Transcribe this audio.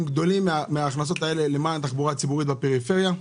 גדולים מההכנסות האלו למען תחבורה ציבורית בפריפריה.